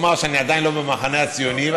תרשה לי לומר שאני עדיין לא במחנה הציוני,